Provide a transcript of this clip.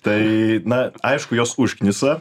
tai na aišku jos užknisa